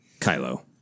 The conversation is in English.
Kylo